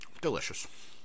Delicious